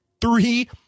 three